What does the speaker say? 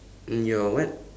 in your what